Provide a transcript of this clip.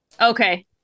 Okay